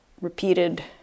repeated